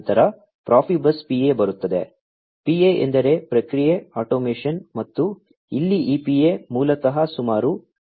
ನಂತರ Profibus PA ಬರುತ್ತದೆ PA ಎಂದರೆ ಪ್ರಕ್ರಿಯೆ ಆಟೊಮೇಷನ್ ಮತ್ತು ಇಲ್ಲಿ ಈ PA ಮೂಲತಃ ಸುಮಾರು 31